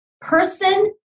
person